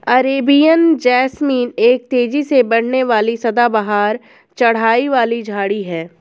Arabian jasmine एक तेजी से बढ़ने वाली सदाबहार चढ़ाई वाली झाड़ी है